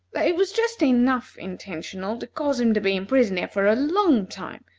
that it was just enough intentional to cause him to be imprisoned here for a long time,